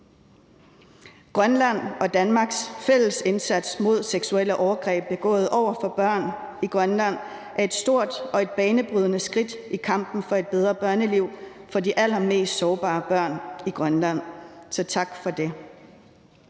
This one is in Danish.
Grønland og Danmarks fælles indsats mod seksuelle overgreb begået mod børn i Grønland er et stort og et banebrydende skridt i kampen for et bedre børneliv for de allermest sårbare børn i Grønland. Så tak for det.